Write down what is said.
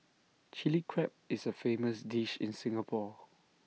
Chilli Crab is A famous dish in Singapore